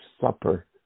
supper